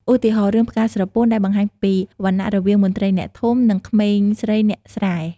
ឧទាហរណ៍ រឿង ផ្កាស្រពោន ដែលបង្ហាញពីវណ្ណៈរវាងមន្ត្រីអ្នកធំ និងក្មេងស្រីអ្នកស្រែ។